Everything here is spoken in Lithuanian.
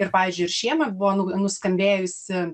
ir pavyzdžiui ir šiemet buvo nu nuskambėjusi